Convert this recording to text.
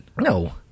no